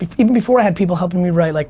even before i had people helping me write, like